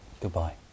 Goodbye